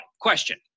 question